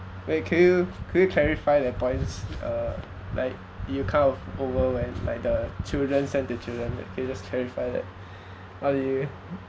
wait can you can you clarify that points uh like you kind of over went like the children send to children the can you just clarify that or you